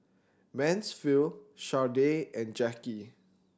Mansfield Sharday and Jacki